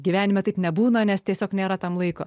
gyvenime taip nebūna nes tiesiog nėra tam laiko